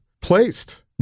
placed